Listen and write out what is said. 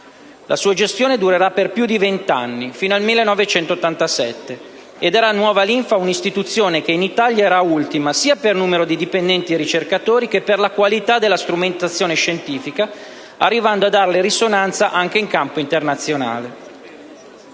La sua gestione durerà per più di vent'anni, fino al 1987, e darà nuova linfa a un'istituzione che in Italia era ultima sia per numero di dipendenti e ricercatori sia per qualità della strumentazione scientifica, arrivando a darle risonanza anche in campo internazionale.